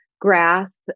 grasp